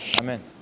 Amen